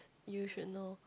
you should know